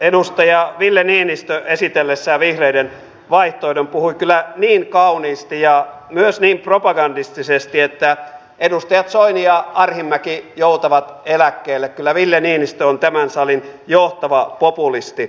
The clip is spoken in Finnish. edustaja ville niinistö esitellessään vihreiden vaihtoehdon puhui kyllä niin kauniisti ja myös niin propagandistisesti että edustajat soini ja arhinmäki joutavat eläkkeelle kyllä ville niinistö on tämän salin johtava populisti